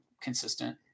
consistent